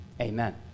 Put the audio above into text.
Amen